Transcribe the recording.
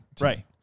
right